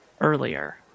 earlier